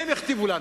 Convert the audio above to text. הם יכתיבו לנו.